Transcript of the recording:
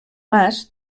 mas